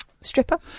Stripper